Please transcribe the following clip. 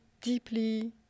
deeply